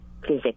physics